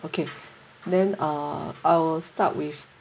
okay then uh I will start with